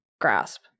grasp